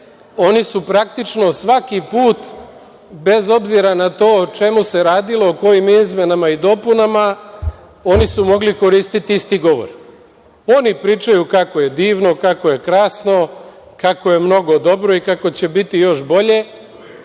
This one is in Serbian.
oni su praktično svaki put, bez obzira na to o čemu se radilo, kojim izmenama i dopunama, oni su mogli koristiti isti govor. Oni pričaju kako je divno, kako je krasno, kako je mnogo dobro i kako će biti još bolje,